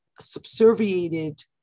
subserviated